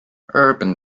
urban